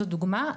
זאת דוגמה,